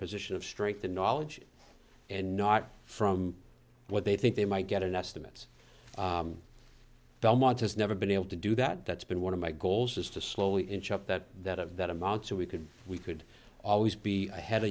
position of strength and knowledge and not from what they think they might get an estimate belmont has never been able to do that that's been one of my goals is to slowly inch up that that of that amount so we could we could always be ahead a